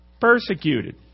persecuted